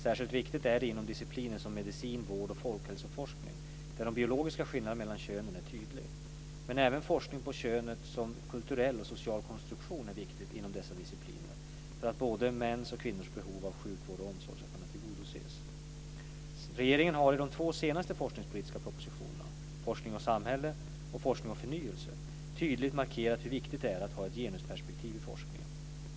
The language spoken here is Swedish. Särskilt viktigt är det inom discipliner som medicin, vård och folkhälsoforskning, där de biologiska skillnaderna mellan könen är tydlig. Men även forskning på könet som kulturell och social konstruktion är viktig inom dessa discipliner för att både mäns och kvinnors behov av sjukvård och omsorg ska kunna tillgodoses. Regeringen har i de två senaste forskningspolitiska propositionerna, Forskning och samhälle , tydligt markerat hur viktigt det är att ha ett genusperspektiv i forskningen.